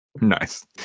nice